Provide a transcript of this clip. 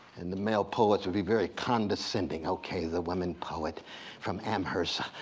and the male poets will be very condescending. okay, the woman poet from amherst.